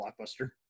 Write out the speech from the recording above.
blockbuster